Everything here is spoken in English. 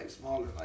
smaller